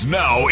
now